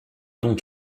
donc